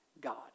God